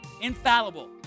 infallible